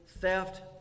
theft